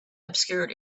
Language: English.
obscured